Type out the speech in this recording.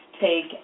take